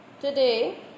Today